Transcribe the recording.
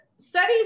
Studies